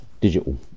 digital